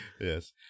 Yes